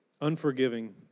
Unforgiving